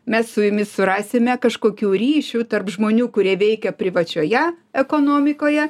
mes su jumis surasime kažkokių ryšių tarp žmonių kurie veikia privačioje ekonomikoje